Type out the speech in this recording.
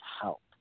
help